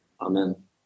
Amen